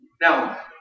Now